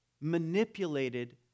manipulated